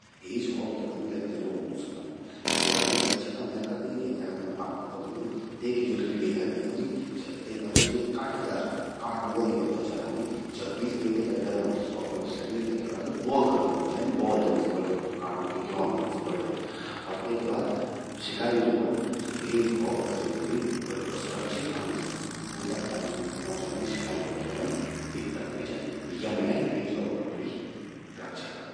हेजहॉग क्या व्हंद यक तिरो मूसू व्हंद। त स्वो अपणि रक्षा कमण्ये करद, येते मैं आपते बतौंदू। तेकि ज्वो रीढ़े हड्डी व्हंदि, ते पर ज्वो चि कांटेदार, कांटों वलि यो त्वचा रौंदि। जब भी क्वे तेते डरौंद, स्वो अपड़ां शरीर ते क्या करद ग्वोल करि द्योंद। जब बॉल जन सि बड़ि जंद स्वो, कांटों कि ग्योंद जन सि बणि जंद। तेका बाद शिकारी ज्वो व्हंद, स्वो हेजहॉग का ज्वो असुरक्षित अंग छिन, तूं तक पहुंचण मां शिकार ते क्या व्होंदि, दिक्कत व्हे जंदि। त यमण्ये हेजहॉग अपणि रक्षा करद।